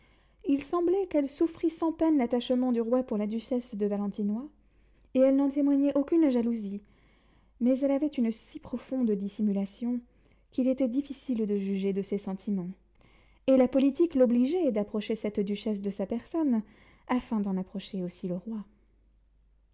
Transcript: il semblait qu'elle souffrît sans peine l'attachement du roi pour la duchesse de valentinois et elle n'en témoignait aucune jalousie mais elle avait une si profonde dissimulation qu'il était difficile de juger de ses sentiments et la politique l'obligeait d'approcher cette duchesse de sa personne afin d'en approcher aussi le roi